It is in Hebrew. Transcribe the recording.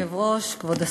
כבוד היושב-ראש, כבוד השר,